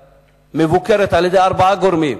מבוקרת על-ידי ארבעה גורמים: